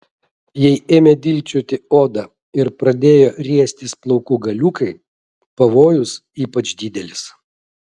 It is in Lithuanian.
jei ėmė dilgčioti odą ir pradėjo riestis plaukų galiukai pavojus ypač didelis